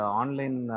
online